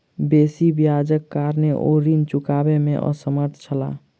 बेसी ब्याजक कारणेँ ओ ऋण चुकबअ में असमर्थ छला